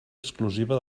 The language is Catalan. exclusiva